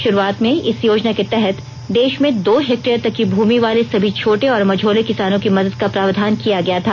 शुरूआत में इस योजना के तहत देश में दो हेक्टेयर तक की भूमि वाले सभी छोटे और मझोले किसानों की मदद का प्रावधान किया गया था